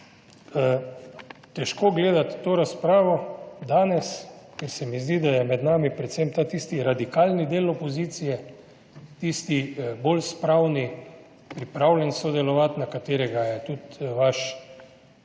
težko gledati to razpravo danes, ker se mi zdi, da je med nami predvsem tisti radikalni del opozicije, tisti bolj spravni, pripravljen sodelovati, na katerega je tudi vaš